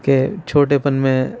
کہ چھوٹے پن میں